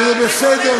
שזה בסדר,